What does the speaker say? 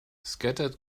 scattered